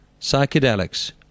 Psychedelics